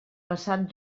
passat